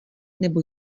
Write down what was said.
nebo